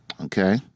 Okay